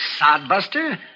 sodbuster